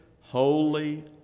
holy